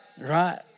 Right